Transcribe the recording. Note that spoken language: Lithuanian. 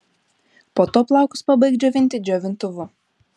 po to plaukus pabaik džiovinti džiovintuvu